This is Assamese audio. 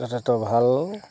যথেষ্ট ভাল